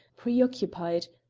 preoccupied,